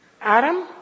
Adam